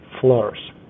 floors